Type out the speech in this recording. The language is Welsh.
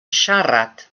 siarad